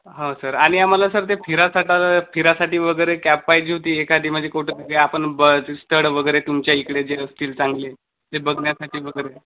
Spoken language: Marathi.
हा सर आणि आम्हाला सर ते फिरासाठी फिरासाठी वगैरे कॅब पाहिजे होती एखादी म्हणजे कुठं आपण ब स्थळ वगैरे तुमच्या इकडे जे असतील चांगले ते बघण्यासाठी वगैरे